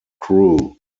crew